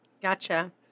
Gotcha